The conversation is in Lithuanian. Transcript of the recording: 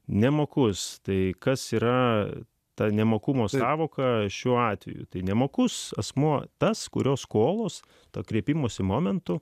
nemokus tai kas yra ta nemokumo sąvoka šiuo atveju tai nemokus asmuo tas kurio skolos to kreipimosi momentu